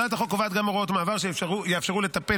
הצעת החוק קובעת גם הוראות מעבר שיאפשרו לטפל